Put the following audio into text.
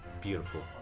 Beautiful